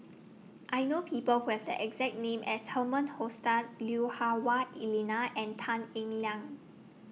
I know People Who Have The exact name as Herman Hochstadt Lui Hah Wah Elena and Tan Eng Liang